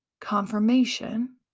confirmation